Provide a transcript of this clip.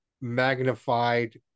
magnified